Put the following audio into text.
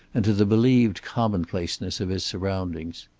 and to the believed commonplaceness of his surroundings.